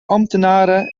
ambtenaren